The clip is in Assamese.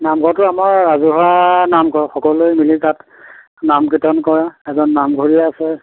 নামঘৰটো আমাৰ ৰাজহুৱা নামঘৰ সকলোৱে মিলি তাত নাম কীৰ্তন কৰে এজন নামঘৰীয়া আছে